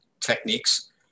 techniques